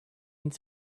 and